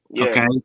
Okay